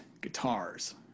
guitars